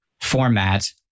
format